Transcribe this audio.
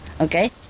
okay